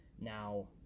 Now